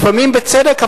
לפעמים בצדק,